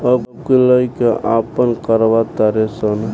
अब के लइका आपन करवा तारे सन